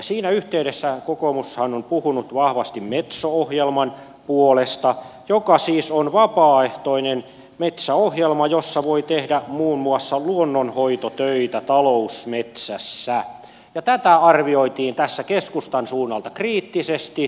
siinä yhteydessä kokoomushan on puhunut vahvasti metso ohjelman puolesta joka siis on vapaaehtoinen metsäohjelma jossa voi tehdä muun muassa luonnonhoitotöitä talousmetsässä ja tätä arvioitiin tässä keskustan suunnalta kriittisesti